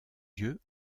yeux